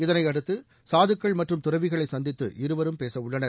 இதனையடுத்து சாதுக்கள் மற்றும் தறவிகளை சந்தித்து இருவரும் பேசவுள்ளனர்